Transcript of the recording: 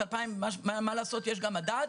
מה לעשות, יש גם מדד.